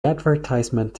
advertisement